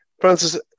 Francis